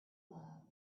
love